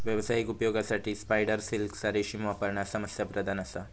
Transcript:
व्यावसायिक उपयोगासाठी स्पायडर सिल्कचा रेशीम वापरणा समस्याप्रधान असा